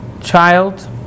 child